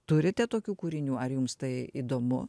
turite tokių kūrinių ar jums tai įdomu